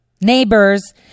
neighbors